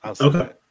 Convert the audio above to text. Okay